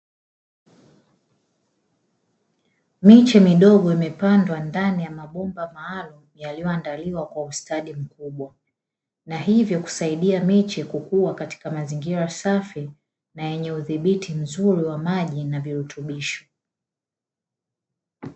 Miche midogo imepandwa ndani ya mabomba maalumu, yaliyoandaliwa kwa ustadi mkubwa na hivyo kusaidia miche kukua katika mazingira safi na yenye udhibiti mzuri wa maji na virutubishi.